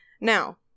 Now